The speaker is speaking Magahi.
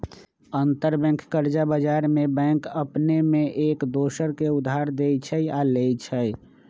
अंतरबैंक कर्जा बजार में बैंक अपने में एक दोसर के उधार देँइ छइ आऽ लेइ छइ